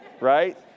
right